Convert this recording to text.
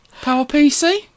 PowerPC